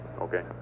Okay